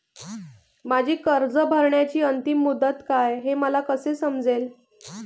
माझी कर्ज भरण्याची अंतिम मुदत काय, हे मला कसे समजेल?